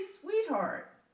sweetheart